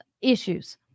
issues